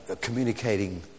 communicating